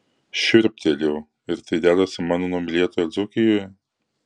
šiurptelėjau ir tai dedasi mano numylėtoje dzūkijoje